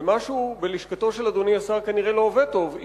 ומשהו בלשכתו של אדוני השר כנראה לא עובד טוב,